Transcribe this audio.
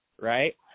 right